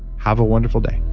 have a wonderful day